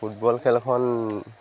football খেলখন